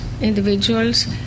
individuals